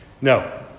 No